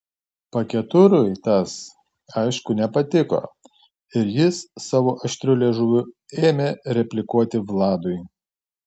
paketurui tas aišku nepatiko ir jis savo aštriu liežuviu ėmė replikuoti vladui